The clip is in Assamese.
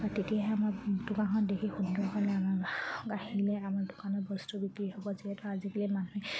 তেতিয়াহে আমাৰ দোকানখন দেখি সুন্দৰ হ'লে আমাৰ গ্ৰাহক আহিলে আমাৰ দোকানত বস্তু বিক্ৰী হ'ব যিহেতু আজিকালি মানুহে